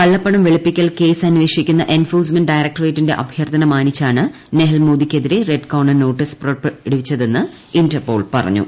കള്ളപ്പണം വെളുപ്പിക്കൽ കേസ് അന്വേഷിക്കുന്ന എൻഫോഴ്സ്മെന്റ് ഡയറക്ടറേറ്റിന്റെ അഭ്യർത്ഥന മാനിച്ചാണ് നെഹൽ മോദിയ്ക്കെതിരെ റെഡ് കോർണർ നോട്ടീസ് പുറപ്പെടുവിച്ചതെന്ന് ഇന്റർപോൾ പറഞ്ഞു